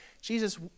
Jesus